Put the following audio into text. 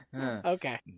okay